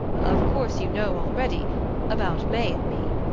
of course you know already about may and me,